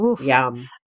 Yum